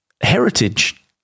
heritage